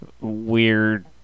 weird